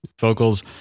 vocals